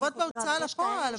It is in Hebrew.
חובות בהוצאה לפועל,